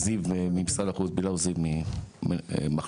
בילאוס זיו ממשרד החוץ,